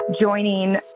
joining